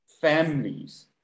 families